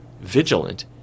vigilant